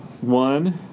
One